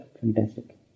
Fantastic